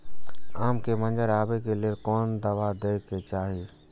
आम के मंजर आबे के लेल कोन दवा दे के चाही?